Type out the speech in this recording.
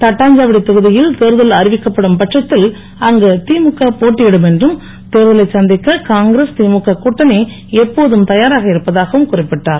தட்டாஞ்சாவடி தொகுதியில் தேர்தல் அறிவிக்கப்படும் பட்சத்தில் அங்கு திமுக போட்டியிடும் என்றும் தேர்தலை சந்திக்க காங்கிரஸ் திமுக கூட்டணி எப்போதும் தயாராக இருப்பதாகவும் குறிப்பிட்டார்